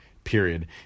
period